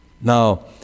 Now